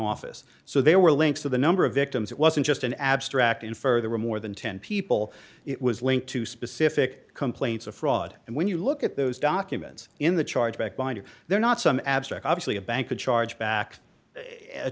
office so there were links to the number of victims it wasn't just an abstract infer there were more than ten people it was linked to specific complaints of fraud and when you look at those documents in the chargeback binder they're not some abstract obviously a bank could charge back a